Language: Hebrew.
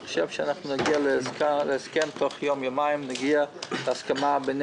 אני חושב שנגיע להסכמה תוך יום-יומיים בינינו,